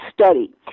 study